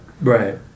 Right